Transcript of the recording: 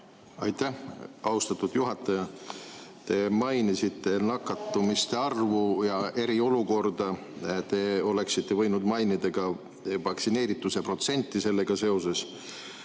Aitäh, austatud juhataja! Te mainisite nakatumiste arvu ja eriolukorda. Te oleksite võinud mainida ka vaktsineerituse protsenti sellega seoses.